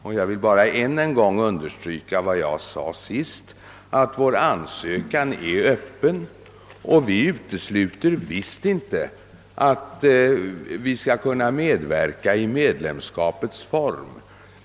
Och jag vill än en gång understryka att vår ansökan är öppen och att vi visst inte utesluter att vi skall kunna medverka i medlemskapets form.